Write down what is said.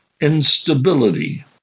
instability